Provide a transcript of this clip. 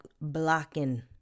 blocking